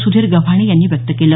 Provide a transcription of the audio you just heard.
सुधीर गव्हाणे यांनी व्यक्त केलं